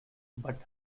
but